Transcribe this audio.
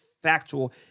Factual